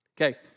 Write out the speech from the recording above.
Okay